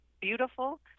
beautiful